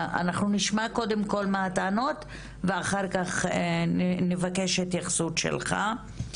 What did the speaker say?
אנחנו נשמע קודם כל מה הטענות ואחר כך נבקש התייחסות שלך.